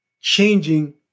changing